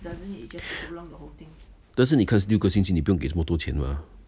但是你看六个星期你不用给那么多钱吗